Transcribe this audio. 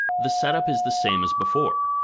the setup is the same as before,